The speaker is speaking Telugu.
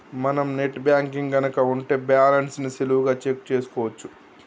మనం నెట్ బ్యాంకింగ్ గనక ఉంటే బ్యాలెన్స్ ని సులువుగా చెక్ చేసుకోవచ్చు